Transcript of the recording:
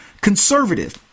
conservative